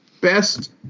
Best